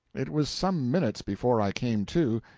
it was some minutes before i came to,